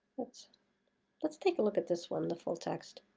let's let's take a look at this one, the full-text.